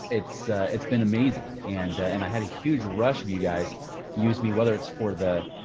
it's it's been amazing. and and i had a huge rush of you guys use me, whether it's for the,